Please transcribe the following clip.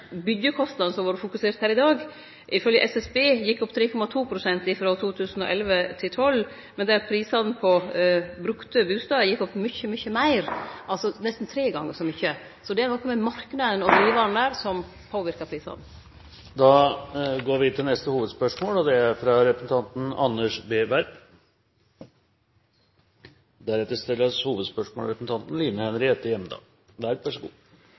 som det har vore fokusert på her i dag, ifølgje SSB gjekk opp 3,2 pst. frå 2011 til 2012, men der prisane på brukte bustader gjekk opp mykje, mykje meir, nesten tre gonger så mykje. Så det har noko med marknaden og … som påverkar prisane. Da går vi til neste